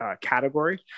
category